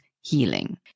healing